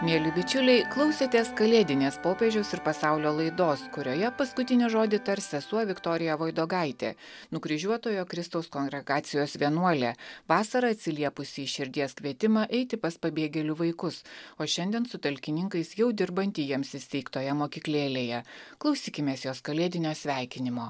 mieli bičiuliai klausėtės kalėdinės popiežiaus ir pasaulio laidos kurioje paskutinį žodį tars sesuo viktorija voidogaitė nukryžiuotojo kristaus kongregacijos vienuolė vasarą atsiliepusi į širdies kvietimą eiti pas pabėgėlių vaikus o šiandien su talkininkais jau dirbanti jiems įsteigtoje mokyklėlėje klausykimės jos kalėdinio sveikinimo